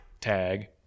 tag